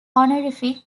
honorific